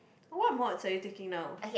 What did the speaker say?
what mods are you taking now